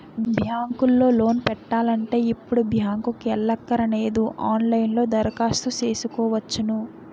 bank లో loan పెట్టాలంటే ఇప్పుడు బ్యాంకుకి ఎల్లక్కరనేదు ఆన్ లైన్ లో దరఖాస్తు సేసుకోవచ్చును